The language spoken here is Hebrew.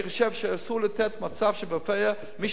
אני חושב שאסור שיהיה מצב שבפריפריה מי